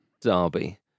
derby